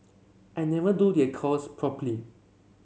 I never do the accounts properly